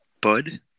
Bud